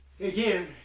Again